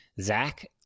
zach